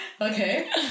okay